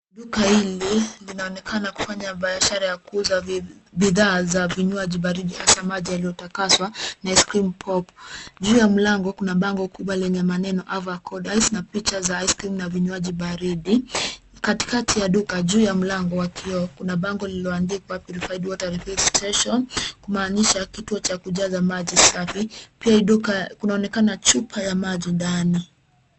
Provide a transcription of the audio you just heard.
Duka hili linaonekana kufanya biashara ya kuuza bidhaa za vinywaji baridi hasa maji yaliyotakaswa na ice cream pop . Juu mlango kuna bango kubwa lenye maneno Have a cold ice na picha za ice na vinywaji baridi. Katikati ya duka, juu ya mlango kuna bango lililoandikwa Purified Water Refill Station kumaanisha kituo cha kujaza maji safi. Pia hii duka kunaonekana chupa ya maji ndani